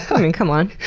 i mean come on.